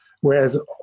Whereas